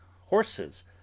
horses